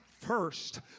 first